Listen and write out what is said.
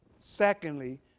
Secondly